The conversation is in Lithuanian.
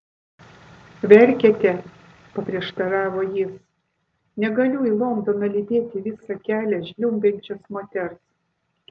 verkiate paprieštaravo jis negaliu į londoną lydėti visą kelią žliumbiančios moters